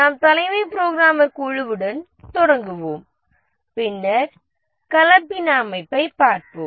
நாம் தலைமை புரோகிராமர் குழுவுடன் தொடங்குவோம் பின்னர் கலப்பின அமைப்பைப் பார்ப்போம்